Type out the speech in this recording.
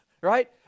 Right